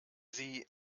sie